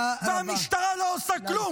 והמשטרה לא עושה כלום,